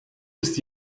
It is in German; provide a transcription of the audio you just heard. ist